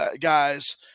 guys